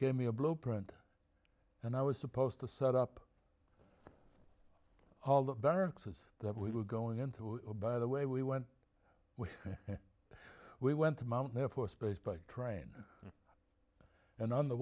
a blueprint and i was supposed to set up all the barracks was that we were going to by the way we went we went to mountain air force base by train and on the